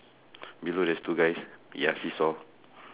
below there's two guys ya seesaw